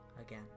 again